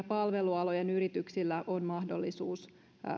palvelualojen yrityksillä on mahdollisuus